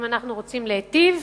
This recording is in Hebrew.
אם אנחנו רוצים להיטיב,